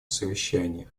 совещание